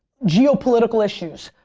geopolitical issues,